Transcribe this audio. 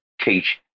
teach